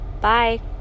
bye